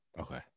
Okay